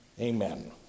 Amen